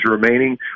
remaining